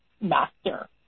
master